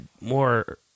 more